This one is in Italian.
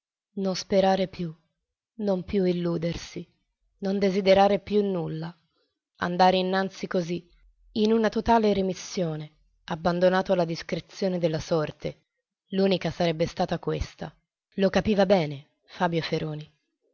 non sperare più non più illudersi non desiderare più nulla andare innanzi così in una totale remissione abbandonato alla discrezione della sorte l'unica sarebbe stata questa lo capiva bene fabio feroni